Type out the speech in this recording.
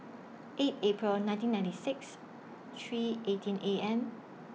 eight April nineteen ninety six three eighteen A M